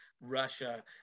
Russia